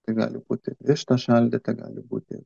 tai gali būti višta šaldyta gali būti